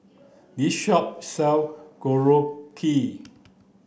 this shop sell Korokke